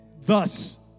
Thus